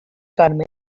carmen